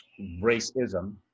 racism